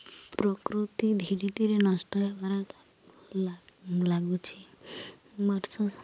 ପ୍ରକୃତି ଧୀରେ ଧୀରେ ନଷ୍ଟ ହେବାରେ ଲାଗୁଛି ବର୍ଷ